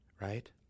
right